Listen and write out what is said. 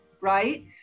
right